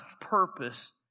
purpose